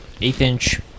eighth-inch